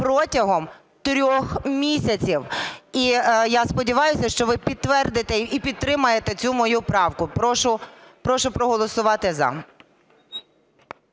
протягом трьох місяців. І, я сподіваюся, що ви підтвердите і підтримаєте цю мою правку, прошу проголосувати "за".